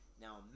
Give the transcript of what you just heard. Now